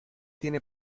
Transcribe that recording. tiene